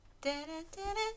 Da-da-da-da